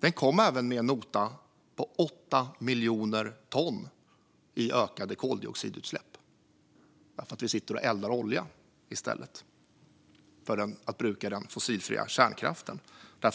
Den kom även med en nota på 8 miljoner ton i ökade koldioxidutsläpp, eftersom vi eldar olja i stället för att bruka den fossilfria kärnkraft